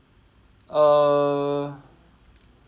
err